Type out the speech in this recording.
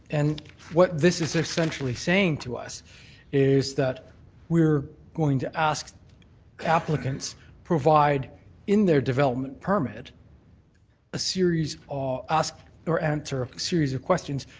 and what this is essentially saying to us is that we're going to ask applicants provide in their development permit a series ask or answer a series of questions.